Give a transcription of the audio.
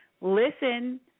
listen